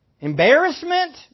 Embarrassment